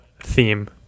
theme